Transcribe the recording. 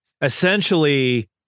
Essentially